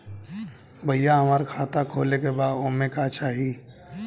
भईया हमार खाता खोले के बा ओमे का चाही?